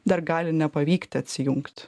dar gali nepavykti atsijungt